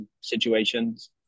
situations